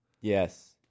Yes